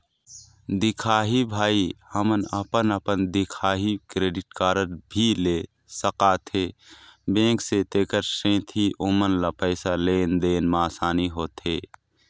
दिखाही भाई हमन अपन अपन दिखाही क्रेडिट कारड भी ले सकाथे बैंक से तेकर सेंथी ओमन ला पैसा लेन देन मा आसानी होथे?